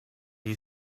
you